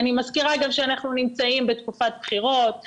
אני גם מזכירה, שאנחנו נמצאים בתקופת בחירות.